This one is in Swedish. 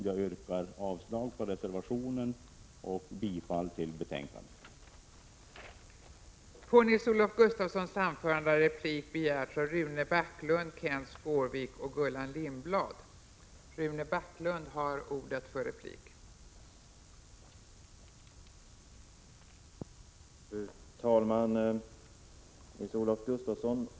Jag yrkar avslag på reservationen och bifall till utskottets 3 juni 1987